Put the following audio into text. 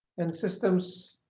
and systems